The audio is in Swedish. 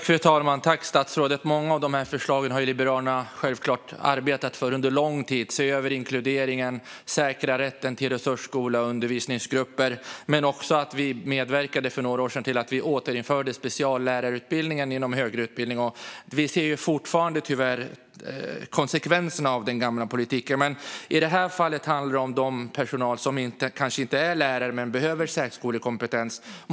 Fru talman! Tack, statsrådet! Många av dessa förslag har Liberalerna självklart arbetat för under lång tid, till exempel att se över inkluderingen och säkra rätten till resursskola och undervisningsgrupper. För några år sedan medverkade vi också till att speciallärarutbildningen återinfördes inom högre utbildning. Tyvärr ser vi fortfarande konsekvenserna av den gamla politiken, men i det här fallet handlar det om den personal som kanske inte är lärare men behöver särskolekompetens.